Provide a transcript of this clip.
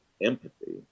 empathy